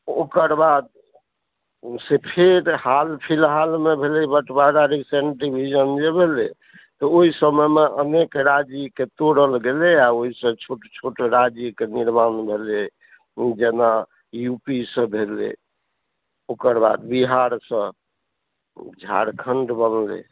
ओकरबाद से फेर हाल फिलहालमे भेलै बटवारा रीसेन्ट डिवीजन जे भेलै ओहि समयमे अनेक राज्यके तोड़ल गेलै आ ओहिसँ छोट छोट राज्यके निर्माण भेलै जेना यूपीसँ भेलै ओकरबाद बिहारसँ झारखण्ड बनलै